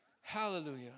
Hallelujah